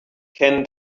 can